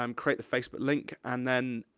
um create the facebook link, and then,